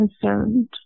concerned